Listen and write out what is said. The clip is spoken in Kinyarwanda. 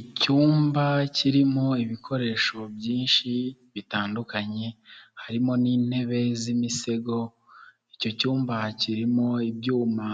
Icyumba kirimo ibikoresho byinshi bitandukanye, harimo n'intebe z'imisego, icyo cyumba kirimo ibyuma